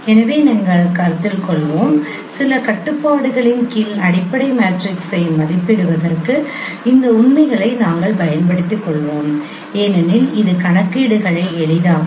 எனவே நாங்கள் கருத்தில் கொள்வோம் சில கட்டுப்பாடுகளின் கீழ் அடிப்படை மேட்ரிக்ஸை மதிப்பிடுவதற்கு இந்த உண்மைகளை நாங்கள் பயன்படுத்திக் கொள்வோம் ஏனெனில் இது கணக்கீடுகளை எளிதாக்கும்